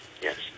Yes